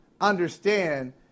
understand